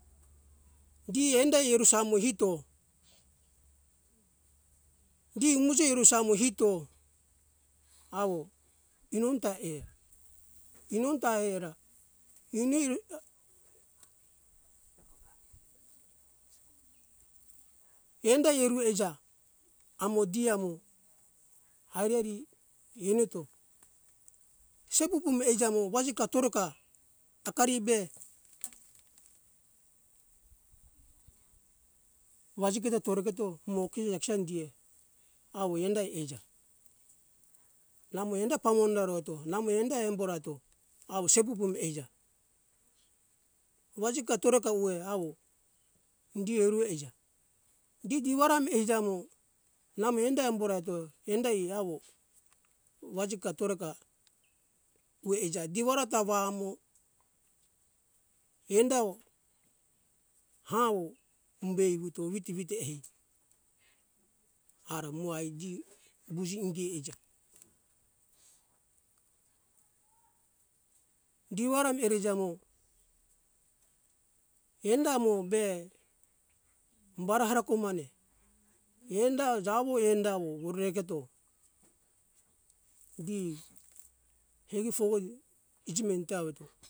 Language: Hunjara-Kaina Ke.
Di enda iru samo hito di umoji iru samo hito awo inonta ea inonta era iniro er inonda iru eija amo di amo arevi enuto sebubume eija mo waji katoroka akaribe wajiketo tore keto umo kiyeya chan die awo enda eija namo enda pamonarato namo enda emborato awo sebubume eija waji katorako uwe awo ingi uruwe eija digi warami eija mo name enda embora eto endai awo waji katoroka wo eija di wara ta wa amo enda oh hawo umbe iwuto witi witi hei aramoai gi buji ingi eija giuwara erijamo endamo be umbara ara komane enda jawo enda wo worere keto gi egi fowoi iji menta weto